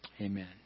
Amen